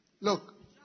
look